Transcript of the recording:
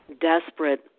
desperate